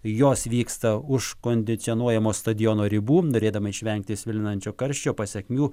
jos vyksta už kondicionuojamo stadiono ribų norėdami išvengti svilinančio karščio pasekmių